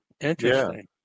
Interesting